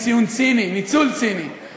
בתל-אביב ובחיפה, שם זה מישור.